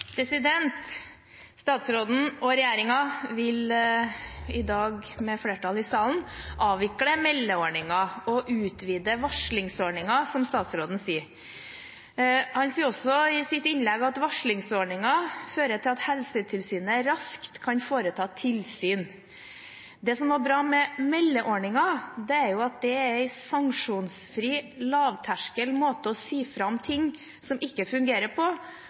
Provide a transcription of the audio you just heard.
Statsråden og regjeringen vil i dag – med flertallet i salen – avvikle meldeordningen og utvide varslingsordningen, som statsråden sier. Han sier også i sitt innlegg at varslingsordningen fører til at Helsetilsynet raskt kan foreta tilsyn. Det som er bra med meldeordningen, er at det er en sanksjonsfri, lavterskel måte å si fra om ting som ikke fungerer, på,